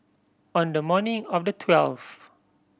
on the morning of the twelfth